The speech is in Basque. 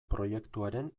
proiektuaren